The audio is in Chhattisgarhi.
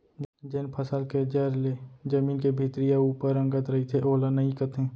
जेन फसल के जर ले जमीन के भीतरी अउ ऊपर अंगत रइथे ओला नइई कथें